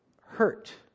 hurt